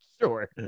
Sure